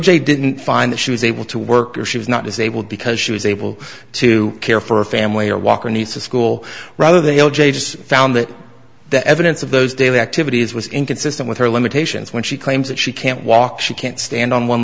j didn't find that she was able to work or she was not disabled because she was able to care for a family or walk or needs to school rather they o j just found that the evidence of those daily activities was inconsistent with her limitations when she claims that she can't walk she stand on one